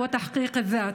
מלאה בהצלחות ומימוש עצמי.)